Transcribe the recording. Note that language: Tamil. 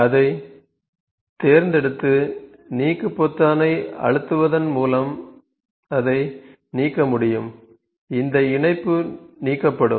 அதைத் தேர்ந்தெடுத்து நீக்கு பொத்தானை அழுத்துவதன் மூலம் அதை நீக்க முடியும் இந்த இணைப்பு நீக்கப்படும்